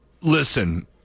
listen